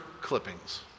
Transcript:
clippings